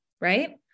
right